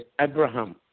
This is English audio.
Abraham